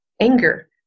anger